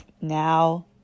now